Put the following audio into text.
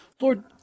Lord